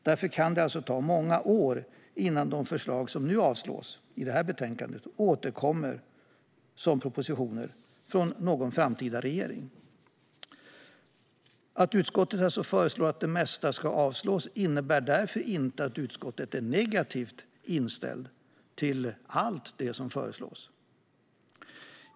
Därför kan det ta många år innan de förslag som nu avstyrks med detta betänkande återkommer som propositioner från någon framtida regering. Att utskottet föreslår att det mesta ska avstyrkas innebär därför inte att utskottet är negativt inställt till allt det som föreslås.